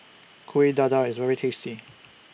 Kuih Dadar IS very tasty